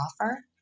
offer